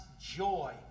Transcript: joy